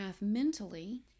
mentally